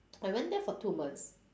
I went there for two months